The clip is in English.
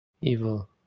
evil